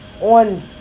on